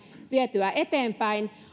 vietyä eteenpäin